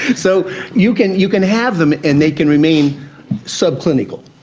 so you can you can have them and they can remain subclinical.